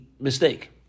mistake